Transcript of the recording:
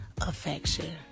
affection